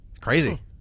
Crazy